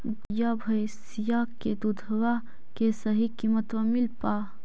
गईया भैसिया के दूधबा के सही किमतबा मिल पा?